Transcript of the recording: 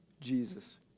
Jesus